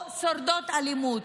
או שורדות אלימות.